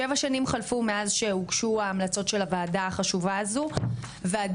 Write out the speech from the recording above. שבע שנים חלפו מאז שהוגשו ההמלצות של הוועדה החשובה הזו ועדיין,